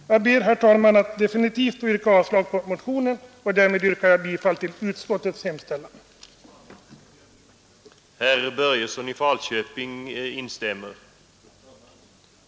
Jag ber, herr talman, att definitivt få yrka avslag på motionen, och därmed yrkar jag bifall till utskottets hemställan. trygghetsfrågor och rättssäkerheten är det med beklämning och förvåning man erfar ett sådant förslag som detta — även om det väckts av herr